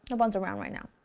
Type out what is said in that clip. and one's around right now.